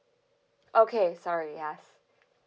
okay sorry yes